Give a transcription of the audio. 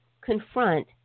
confront